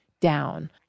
down